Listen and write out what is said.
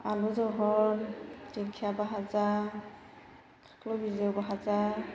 आलु जहल दिंखिया भाजा खाख्लौ बिजौ भाजा